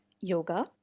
yoga